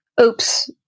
oops